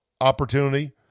opportunity